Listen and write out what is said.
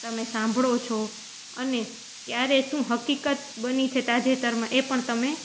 તમે સાંભળો છો અને ક્યારે શું હકીકત બની છે તાજેતરમાં એ પણ તમે